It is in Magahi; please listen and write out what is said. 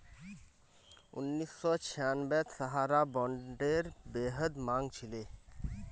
उन्नीस सौ छियांबेत सहारा बॉन्डेर बेहद मांग छिले